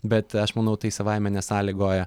bet aš manau tai savaime nesąlygoja